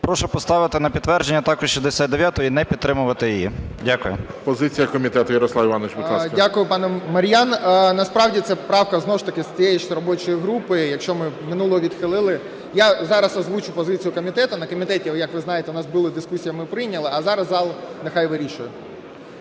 прошу поставити на підтвердження також 69-у і не підтримувати її. Дякую. ГОЛОВУЮЧИЙ. Позиція комітету. Ярослав Іванович, будь ласка. 15:51:22 ЖЕЛЕЗНЯК Я.І. Дякую, пане Мар'ян. Насправді, це правка знову ж таки тієї ж робочої групи. Якщо ми минулу відхилили… Я зараз озвучу позицію комітету. На комітеті, як ви знаєте, у нас були дискусії, ми прийняли, а зараз зал нехай вирішує.